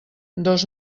dos